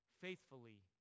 faithfully